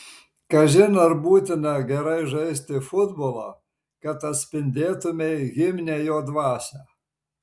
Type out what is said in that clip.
kažin ar būtina gerai žaisti futbolą kad atspindėtumei himne jo dvasią